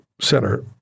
center